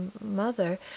mother